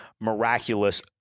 miraculous